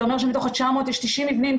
זה אומר שמתוך ה-900 יש 90 מבנים,